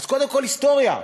אז, קודם כול, היסטוריה.